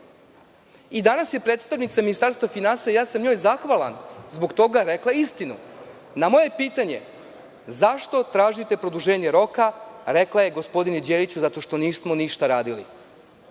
je predstavnica Ministarstva finansija, ja sam njoj zahvalan zbog toga, rekla istinu. Na moje pitanje – zašto tražite produženje roka, rekla je – gospodine Đeliću, zato što nismo ništa radili.